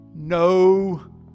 No